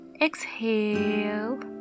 exhale